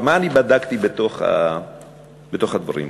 עכשיו, מה אני בדקתי בתוך הדברים האלה?